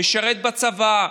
משרת בצבא,